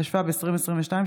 התשפ"ב 2022,